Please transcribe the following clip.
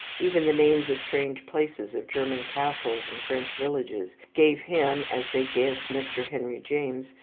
even the names of strange places, of german castles and french villages, gave him, as they give mr. henry james,